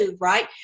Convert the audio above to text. right